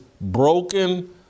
broken